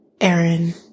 Aaron